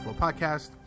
Podcast